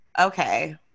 okay